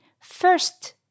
First